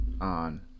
on